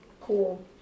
Cool